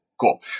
cool